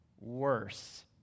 worse